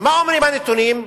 ומה אומרים הנתונים?